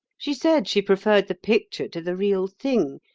she said she preferred the picture to the real thing,